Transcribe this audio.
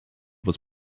was